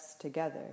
together